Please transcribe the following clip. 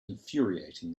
infuriating